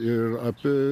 ir apie